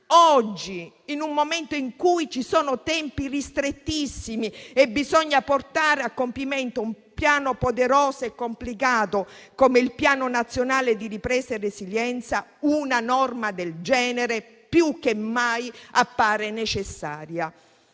oggi, in un momento in cui ci sono tempi ristrettissimi e bisogna portare a compimento un piano poderoso e complicato come il Piano nazionale di ripresa e resilienza, una norma del genere appare più che mai necessaria.